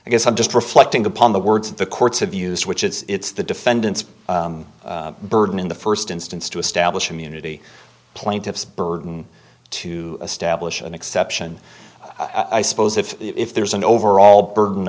i guess i'm just reflecting upon the words the courts have used which it's the defendant's burden in the st instance to establish immunity plaintiff's burden to establish an exception i suppose if there's an overall burden